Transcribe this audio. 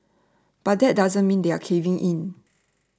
but that doesn't mean they're caving in